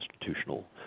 institutional